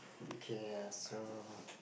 okay ya so